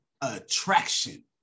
attraction